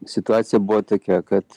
situacija buvo tokia kad